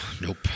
nope